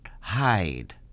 hide